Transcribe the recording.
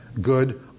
good